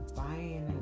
buying